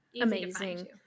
Amazing